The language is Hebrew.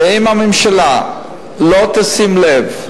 ואם הממשלה לא תשים לב,